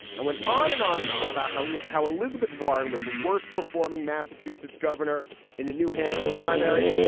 and went on and on and on about how how elizabeth warren was the worst performing massachusetts governor in the new hampshire primary.